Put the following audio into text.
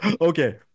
okay